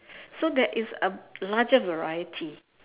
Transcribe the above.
so that it's a larger variety